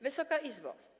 Wysoka Izbo!